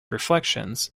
reflections